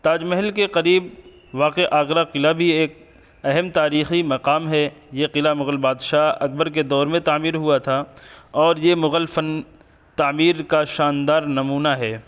تاج محل کے قریب واقع آگرہ قلعہ بھی ایک اہم تاریخی مقام ہے یہ قلعہ مغل بادشاہ اکبر کے دور میں تعمیر ہوا تھا اور یہ مغل فن تعمیر کا شاندار نمونہ ہے